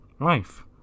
life